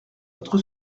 votre